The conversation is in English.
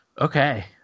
Okay